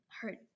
hurt